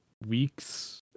weeks